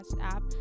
app